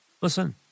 Listen